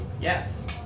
Yes